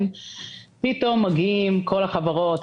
פתאום מגיעים כל החברות,